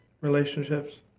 relationships